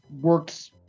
works